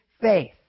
faith